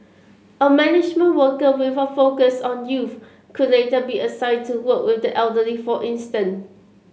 a management worker with a focus on youth could later be assigned to work with the elderly for instance